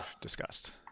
discussed